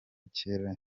kera